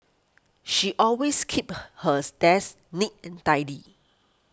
she always keeps hers desk neat and tidy